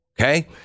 Okay